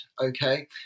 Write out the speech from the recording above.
Okay